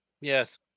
Yes